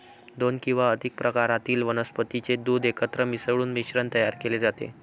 दोन किंवा अधिक प्रकारातील वनस्पतीचे दूध एकत्र मिसळून मिश्रण तयार केले जाते